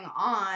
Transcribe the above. on